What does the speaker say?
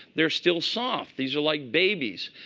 they're still soft. these are like babies.